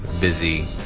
busy